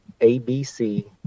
A-B-C